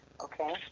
okay